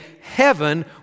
heaven